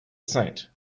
saint